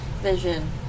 vision